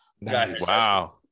Wow